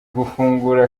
gufungura